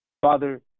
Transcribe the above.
Father